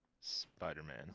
Spider-Man